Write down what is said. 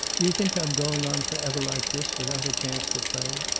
do you think i'm going on forever like this, without a chance to play?